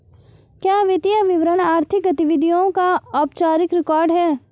क्या वित्तीय विवरण आर्थिक गतिविधियों का औपचारिक रिकॉर्ड है?